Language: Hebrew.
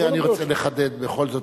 אני רוצה לחדד בכל זאת,